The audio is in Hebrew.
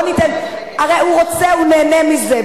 הוא הרי נהנה מזה.